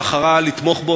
בחרה לתמוך בו,